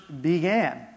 began